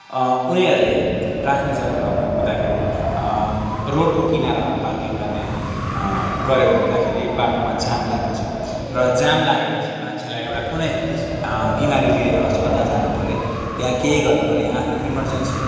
उनीहरूले राख्ने जग्गा नहुँदाखेरि रोडको किनारामा पार्किङ गर्ने गरेको हुँदाखेरि बाटोमा जाम लाग्दछ र जाम लागेपछि मान्छेलाई एउटा कुनै बिमारी लिएर अस्पताल जान परे या केही गर्न परे या आफ्नो इमर्जेन्सी